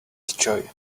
joy